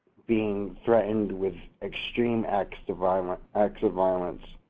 being threatened with extreme acts of um ah acts of violence,